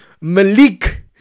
Malik